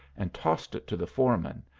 and tossed it to the foreman,